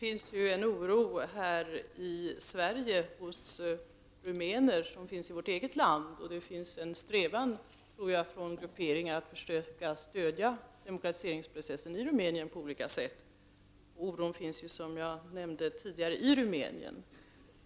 Herr talman! Det finns ju en oro bland rumäner i vårt eget land, och jag tror att det finns en strävan att på olika sätt försöka stödja demokratiseringsprocessen i Rumänien. Oron finns ju, som jag nämnde tidigare, i Rumänien.